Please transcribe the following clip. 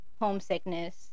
homesickness